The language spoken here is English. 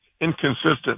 inconsistent